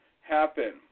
happen